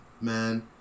man